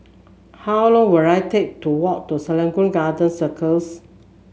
how long will I take to walk to Serangoon Garden Circus